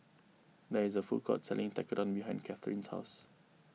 there is a food court selling Tekkadon behind Kathrine's house